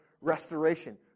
restoration